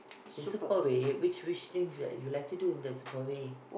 is super way which which things you like you like to do in the super way